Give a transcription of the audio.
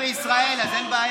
אין מלך בישראל, אז אין בעיה.